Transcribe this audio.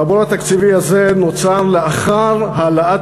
והבור התקציבי הזה נוצר לאחר העלאת